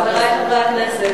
גברתי היושבת-ראש, חברי חברי הכנסת,